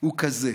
הוא כזה.